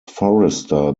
forrester